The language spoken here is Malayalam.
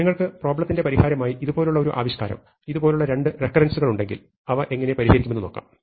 നിങ്ങൾക്ക് പ്രോബ്ലെത്തിന്റെ പരിഹാരമായി ഇതുപോലുള്ള ഒരു ആവിഷ്കാരം ഇതുപോലുള്ള രണ്ട് റെക്കരൻസുകൾ ഉണ്ടെങ്കിൽ അവ എങ്ങനെ പരിഹരിക്കുമെന്നു നോക്കാം